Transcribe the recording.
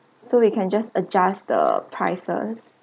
so we can just adjust the prices